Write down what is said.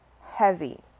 heavy